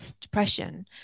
depression